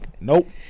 Nope